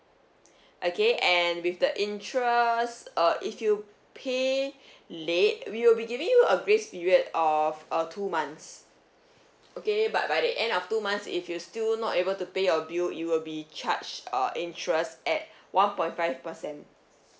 okay and with the interest uh if you pay late we will be giving you a grace period of uh two months okay but by the end of two months if you still not able to pay your bill you will be charged uh interest at one point five percent